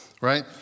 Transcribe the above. right